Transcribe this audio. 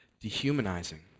dehumanizing